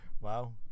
wow